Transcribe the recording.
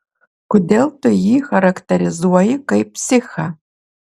kodėl tu jį charakterizuoji kaip psichą